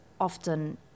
often